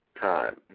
time